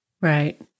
Right